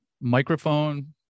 microphone